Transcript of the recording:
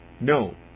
no